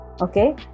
Okay